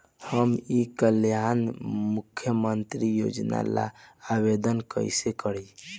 हम ई कल्याण मुख्य्मंत्री योजना ला आवेदन कईसे करी?